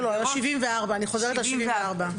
לא, אני חוזרת ל-74.